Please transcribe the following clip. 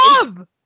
job